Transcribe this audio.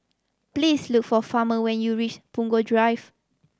please look for Farmer when you reach Punggol Drive